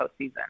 postseason